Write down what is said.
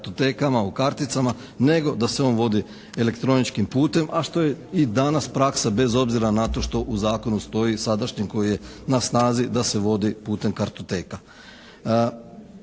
u karticama nego da se on vodi elektroničkim putem, a što je i danas praksa bez obzira na to što u zakonu stoji sadašnjem koji je na snazi da se vodi putem kartoteka.